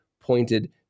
pointed